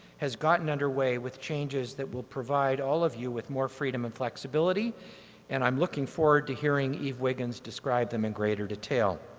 has gotten underway with changes that will provide all of you with more freedom and flexibility and i'm looking forward to hearing eve wiggins describe them in greater detail.